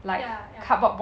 ya ya